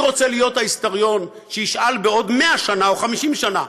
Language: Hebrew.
אני רוצה להיות ההיסטוריון שישאל בעוד 100 שנים או 50 שנה: